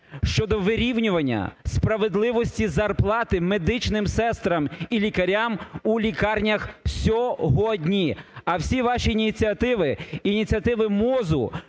щодо вирівнювання справедливості зарплати медичним сестрам і лікарям у лікарнях сьогодні. А всі ваші ініціативи, ініціативи МОЗу